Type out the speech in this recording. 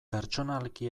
pertsonalki